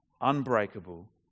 unbreakable